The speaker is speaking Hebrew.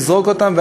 לזרוק אותם,